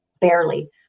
barely